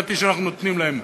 התעסוקתי שאנחנו נותנים להם.